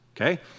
Okay